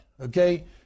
okay